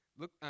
Look